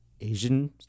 Asian